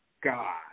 God